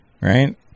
Right